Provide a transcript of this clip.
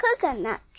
coconut